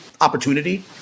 opportunity